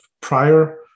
prior